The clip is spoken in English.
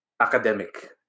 academic